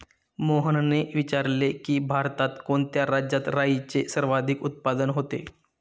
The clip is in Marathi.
मोहनने विचारले की, भारतात कोणत्या राज्यात राईचे सर्वाधिक उत्पादन होते?